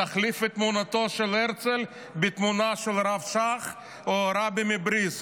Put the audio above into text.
תחליף את תמונתו של הרצל בתמונה של הרב שך או הרבי מבריסק.